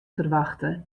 ferwachte